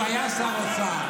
כשהוא היה שר אוצר,